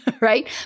right